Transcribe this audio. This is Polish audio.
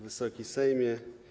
Wysoki Sejmie!